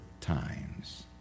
times